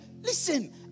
listen